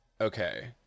Okay